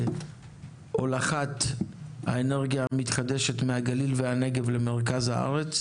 בהולכת האנרגיה המתחדשת מהגליל והנגב למרכז הארץ,